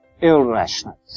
irrational